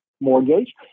mortgage